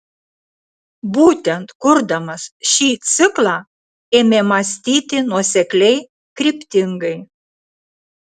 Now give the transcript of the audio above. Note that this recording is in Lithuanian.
būtent kurdamas šį ciklą ėmė mąstyti nuosekliai kryptingai